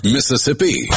Mississippi